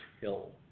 Hill